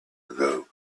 ago